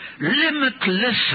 limitless